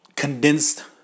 condensed